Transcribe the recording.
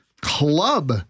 club